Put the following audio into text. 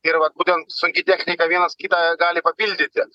ir va būtent sunki technika vienas kitą gali papildyti